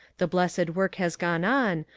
the blessed work has gone on,